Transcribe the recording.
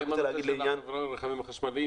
מה עם העניין של הרכבים החשמליים?